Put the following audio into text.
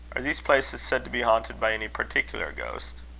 are these places said to be haunted by any particular ghost?